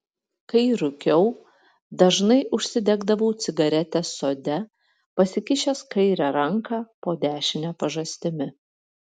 kai rūkiau dažnai užsidegdavau cigaretę sode pasikišęs kairę ranką po dešine pažastimi